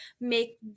make